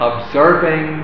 Observing